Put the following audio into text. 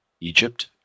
Egypt